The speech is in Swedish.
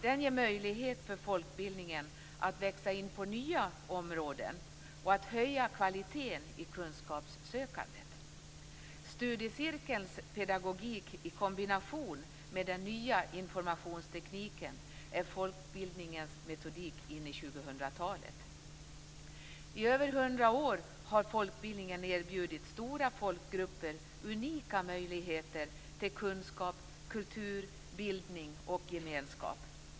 Denna ger folkbildningen möjligheter att växa in på nya områden och att höja kvaliteten i kunskapssökandet. Studiecirkelns pedagogik i kombination med den nya informationstekniken är folkbildningens metodik in i 2000-talet. I över hundra år har folkbildningen erbjudit stora folkgrupper unika möjligheter till kunskap, kultur, bildning och gemenskap.